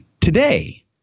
Today